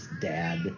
dad